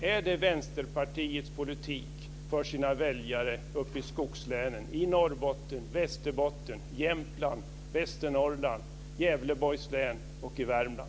Är det Vänsterpartiets politik för sina väljare i skogslänen i Norrbotten,